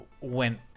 went